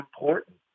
important